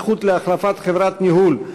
זכות להחלפת חברת ניהול),